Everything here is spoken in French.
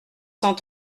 cent